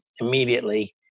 immediately